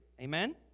amen